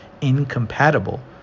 incompatible